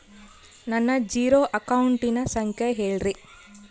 ನನ್ನ ಜೇರೊ ಅಕೌಂಟಿನ ಸಂಖ್ಯೆ ಹೇಳ್ರಿ?